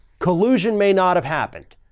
collusion may not have happened.